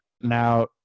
Now